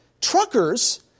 truckers